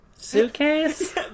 suitcase